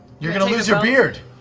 you're going to lose your beard!